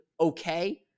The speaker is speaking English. okay